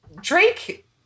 Drake